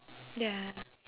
ya